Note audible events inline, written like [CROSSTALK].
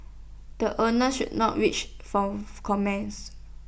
the owners not [UNINTELLIGIBLE] not reached for comments